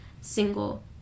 single